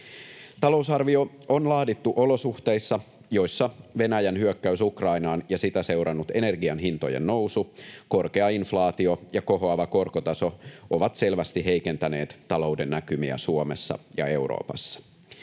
Talousarvio on laadittu olosuhteissa, joissa Venäjän hyökkäys Ukrainaan ja sitä seurannut energian hintojen nousu, korkea inflaatio ja kohoava korkotaso ovat selvästi heikentäneet talouden näkymiä Suomessa ja Euroopassa.